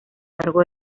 largo